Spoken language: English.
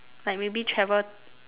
like maybe travel